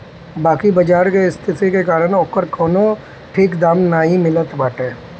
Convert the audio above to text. बाकी बाजार के स्थिति के कारण ओकर कवनो ठीक दाम नाइ मिलत बाटे